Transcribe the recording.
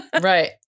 Right